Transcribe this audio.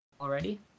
already